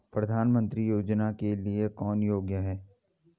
प्रधानमंत्री योजना के लिए कौन योग्य है?